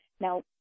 Now